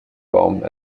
baum